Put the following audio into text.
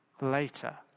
later